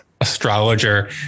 astrologer